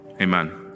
Amen